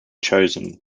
chosen